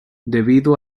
debido